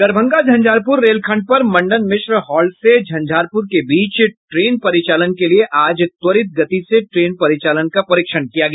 दरभंगा झंझारपुर रेलखंड पर मंडन मिश्र हॉल्ट से झंझारपुर के बीच ट्रेन परिचालन के लिये आज त्वरित गति से ट्रेन परिचालन का परीक्षण किया गया